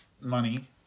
money